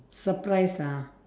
surprise ah